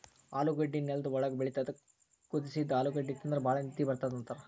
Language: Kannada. ಆಲೂಗಡ್ಡಿ ನೆಲ್ದ್ ಒಳ್ಗ್ ಬೆಳಿತದ್ ಕುದಸಿದ್ದ್ ಆಲೂಗಡ್ಡಿ ತಿಂದ್ರ್ ಭಾಳ್ ನಿದ್ದಿ ಬರ್ತದ್ ಅಂತಾರ್